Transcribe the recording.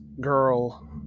girl